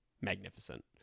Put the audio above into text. magnificent